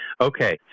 Okay